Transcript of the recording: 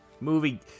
Movie